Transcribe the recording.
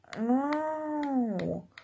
No